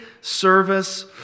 service